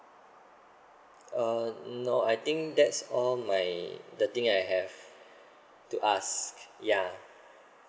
uh no I think that's all my the thing I have to ask yeah